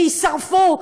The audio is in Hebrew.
שיישרפו.